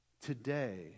Today